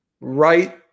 right